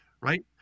right